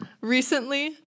Recently